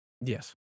Yes